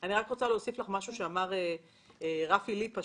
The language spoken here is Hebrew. אני רק רוצה להוסיף לך משהו שאמר רפי ליפא,